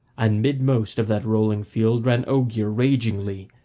and midmost of that rolling field ran ogier ragingly,